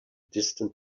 distant